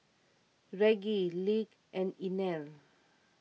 Reggie Lige and Inell